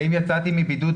ואם יצאתי מבידוד,